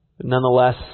Nonetheless